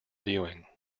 viewing